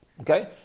okay